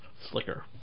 slicker